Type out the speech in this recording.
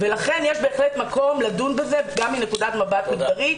לכן יש בהחלט מקום לדון בזה גם מנקודת מבט מגדרית,